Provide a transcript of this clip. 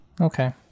okay